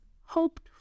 hoped